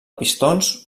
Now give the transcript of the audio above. pistons